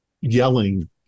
yelling